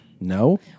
No